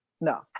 No